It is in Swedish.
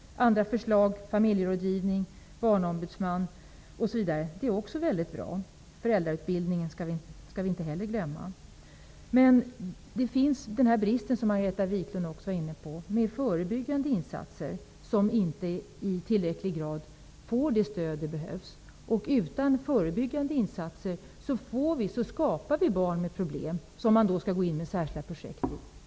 Andra förslag är familjerådgivning och barnombudsman. De är också mycket bra. Föräldrautbildningen skall vi inte heller glömma. Men Margareta Viklund var också inne på bristen på förebyggande insatser. Här finns inte ett tillräckligt stöd. Utan förebyggande insatser skapar vi barn med problem som man måste ta in i särskilda projekt.